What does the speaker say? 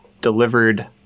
delivered